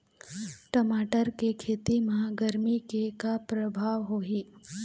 टमाटर के खेती म गरमी के का परभाव होही?